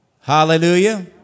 Hallelujah